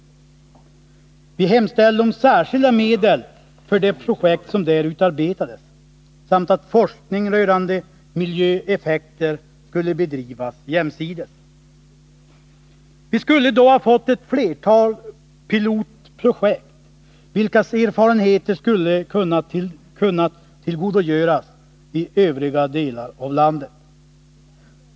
Vi hemställde om särskilda medel för de projektsförslag som där utarbetades och yrkade att forskning rörande miljöeffekter skulle bedrivas jämsides. Vi skulle då ha fått flera pilotprojekt, och erfarenheterna av dem skulle ha kunnat komma övriga delar av landet till godo.